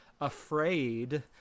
afraid